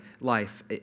life